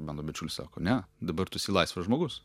mano bičiulis sako ne dabar tu esi laisvas žmogus